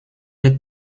est